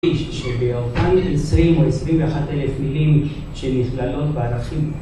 שבאותן עשרים או עשרים ואחת אלף מילים שנכללות בערכים